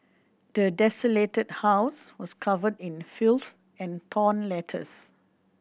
the desolated house was covered in filth and torn letters